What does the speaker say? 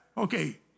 Okay